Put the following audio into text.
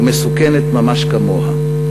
ומסוכנת ממש כמוה.